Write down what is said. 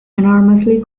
enormously